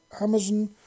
Amazon